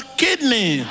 kidney